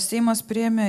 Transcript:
seimas priėmė